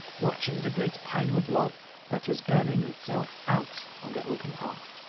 watching the great pinewood log that was burning itself out on the open hearth.